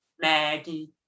Maggie